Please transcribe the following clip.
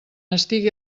estigui